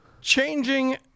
changing